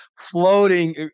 floating